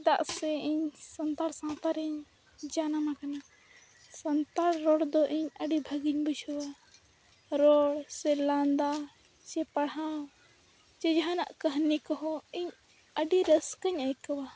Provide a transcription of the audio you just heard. ᱪᱮᱫᱟᱜ ᱥᱮ ᱤᱧ ᱥᱟᱱᱛᱟᱲ ᱥᱟᱶᱛᱟᱨᱮᱧ ᱡᱟᱱᱟᱢ ᱠᱟᱱᱟ ᱥᱟᱱᱛᱟᱲ ᱨᱚᱲᱫᱚ ᱤᱧ ᱟᱹᱰᱤ ᱵᱷᱟᱹᱜᱤᱧ ᱵᱩᱡᱷᱟᱹᱣᱟ ᱨᱚᱲ ᱥᱮ ᱞᱟᱸᱫᱟ ᱥᱮ ᱯᱟᱲᱦᱟᱣ ᱥᱮ ᱡᱟᱦᱟᱱᱟᱜ ᱠᱟᱹᱦᱱᱤ ᱠᱚᱦᱚᱸ ᱤᱧ ᱟᱹᱰᱤ ᱨᱟᱹᱥᱠᱟᱹᱧ ᱟᱹᱭᱠᱟᱹᱣᱟ